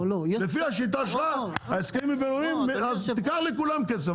לפי השיטה שלך ההסכמים בטלים ותיקח מכולם כסף.